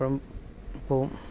എപ്പോഴും പോകും